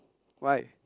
why